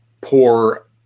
poor